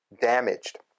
damaged